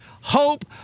hope